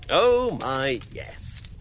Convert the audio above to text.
oh my yes.